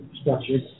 structures